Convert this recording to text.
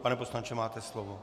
Pane poslanče, máte slovo.